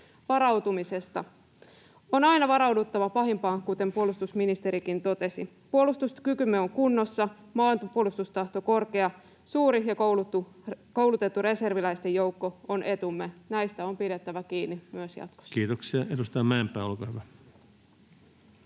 Varautumisesta: On aina varauduttava pahimpaan, kuten puolustusministerikin totesi. Puolustuskykymme on kunnossa, maanpuolustustahto korkea, suuri ja koulutettu reserviläisten joukko on etumme. Näistä on pidettävä kiinni myös jatkossa. Kiitoksia. — Edustaja Mäenpää, olkaa hyvä.